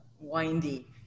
windy